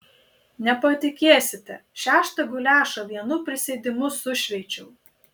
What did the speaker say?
nepatikėsite šeštą guliašą vienu prisėdimu sušveičiau